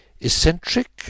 eccentric